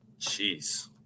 jeez